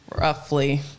Roughly